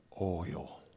oil